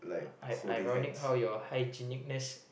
I ironic how your hygienic ness